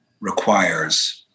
requires